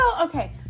okay